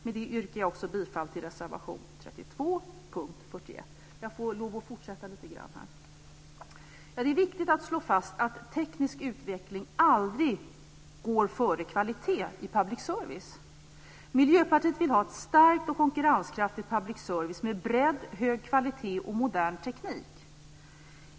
Med det yrkar jag också bifall till reservation 32 Det är viktigt att slå fast att teknisk utveckling aldrig går före kvalitet i public service. Miljöpartiet vill ha ett starkt och konkurrenskraftigt public service med bredd, hög kvalitet och modern teknik.